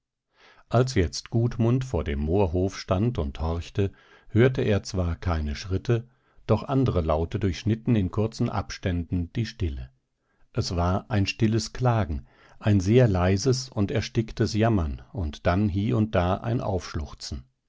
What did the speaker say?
als jetzt gudmund vor dem moorhof stand und horchte hörte er zwar keine schritte doch andre laute durchschnitten in kurzen abständen die stille es war ein stilles klagen ein sehr leises und ersticktes jammern und dann hie und da ein